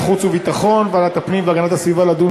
החוץ והביטחון וועדת הפנים והגנת הסביבה לדון